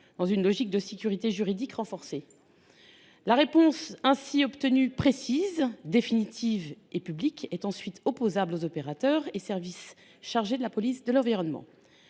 dans une logique de sécurité juridique renforcée. La réponse ainsi obtenue étant précise, définitive et publique, elle serait opposable aux opérateurs et services chargés de la police de l’environnement.